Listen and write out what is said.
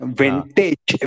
vintage